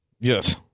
Yes